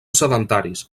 sedentaris